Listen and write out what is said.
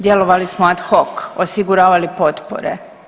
Djelovali smo ad hoc, osiguravali potpore.